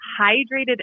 hydrated